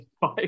Five